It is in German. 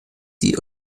die